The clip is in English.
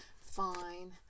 Fine